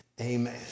Amen